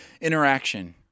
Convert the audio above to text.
interaction